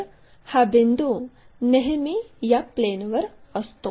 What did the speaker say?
तर हा बिंदू नेहमी या प्लेनवर असतो